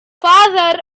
farther